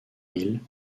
hill